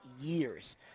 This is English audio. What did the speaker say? years